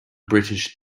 british